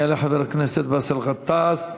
יעלה חבר הכנסת באסל גטאס,